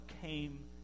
came